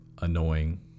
annoying